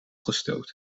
gestoten